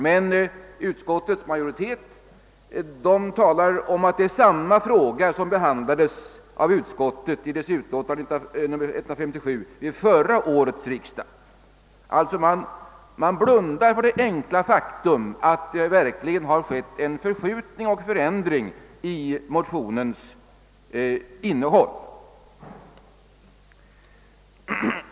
Men utskottets majoritet säger att detta är samma fråga som behandlades av utskottet i dess utlåtande nr 177 förra året. Man blundar alltså för det enkla faktum att det verkligen skett en förskjutning och förändring i motionens innehåll.